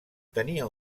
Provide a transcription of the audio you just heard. tenia